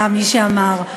היה מי שאמר.